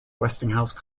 westinghouse